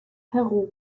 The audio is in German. peru